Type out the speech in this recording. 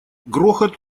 грохот